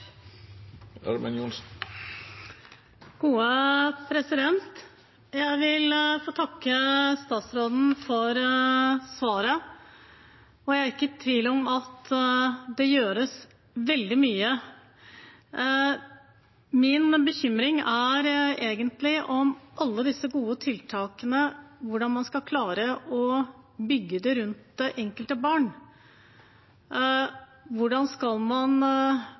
Jeg vil få takke statsråden for svaret, og jeg er ikke i tvil om at det gjøres veldig mye. Min bekymring er egentlig hvordan man skal klare å bygge alle disse gode tiltakene rundt det enkelte barn. Hvordan skal man